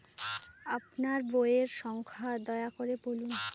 আপনার বইয়ের সংখ্যা দয়া করে বলুন?